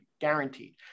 guaranteed